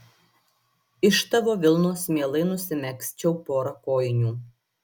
iš tavo vilnos mielai nusimegzčiau porą kojinių